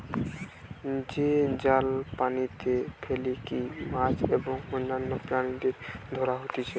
যে জাল পানিতে ফেলিকি মাছ এবং অন্যান্য প্রাণীদের ধরা হতিছে